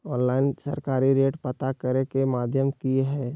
Online सरकारी rate पता करे के माध्यम की हय?